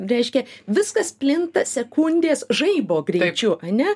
reiškia viskas plinta sekundės žaibo greičiu ane